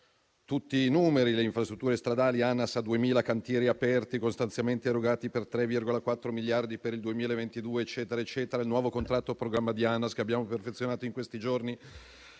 tutti i numeri. Per le infrastrutture stradali, l'ANAS ha 2.000 cantieri aperti con stanziamenti erogati per 3,4 miliardi per il 2022 e quant'altro; il nuovo contratto di programma di ANAS che abbiamo perfezionato in questi giorni